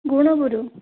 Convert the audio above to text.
Gunupur